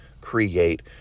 create